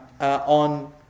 on